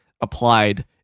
applied